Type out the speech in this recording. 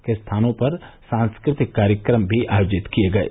कई स्थानों पर सांस्कृतिक कार्यक्रम भी आयोजित किए गये